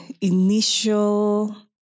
initial